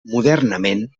modernament